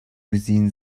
within